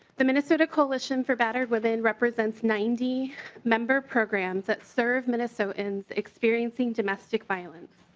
the minnesota coalition for battered women represents ninety member programs that serve minnesotans expensing domestic violence.